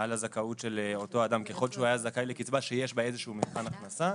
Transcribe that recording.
הזכאות של אותו אדם ככל שהיה זכאי לקצבה שיש בה מבחן הכנסה.